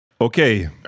Okay